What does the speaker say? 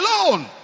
alone